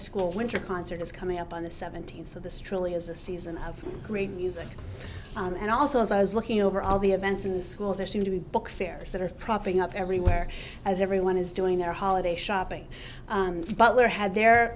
school winter concert is coming up on the seventeenth of this truly is a season of great music and also as i was looking over all the events in schools there seem to be book fairs that are propping up everywhere as everyone is doing their holiday shopping and butler had their